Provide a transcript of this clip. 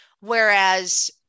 Whereas